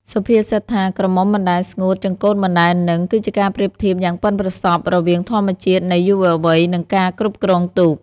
សុភាសិតថា «ក្រមុំមិនដែលស្ងួត ចង្កូតមិនដែលនឹង»គឺជាការប្រៀបធៀបយ៉ាងប៉ិនប្រសប់រវាងធម្មជាតិនៃយុវវ័យ និងការគ្រប់គ្រងទូក។